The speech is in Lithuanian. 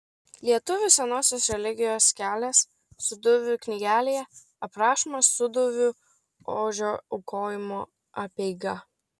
lietuvių senosios religijos kelias sūduvių knygelėje aprašoma sūduvių ožio aukojimo apeiga